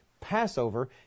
Passover